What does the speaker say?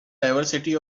diversity